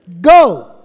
Go